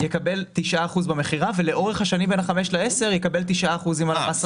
יקבל 9 אחוזים במכירה ולאורך השנים בין ה-5 ל-10 יקבל 9 אחוזים על המס.